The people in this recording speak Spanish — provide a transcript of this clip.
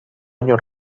año